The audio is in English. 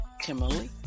Kimberly